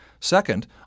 Second